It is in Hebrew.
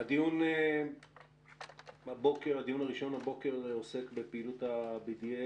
הדיון הראשון הבוקר עוסק בפעילות ה-BDS